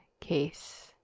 case